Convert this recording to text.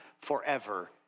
forever